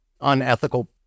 unethical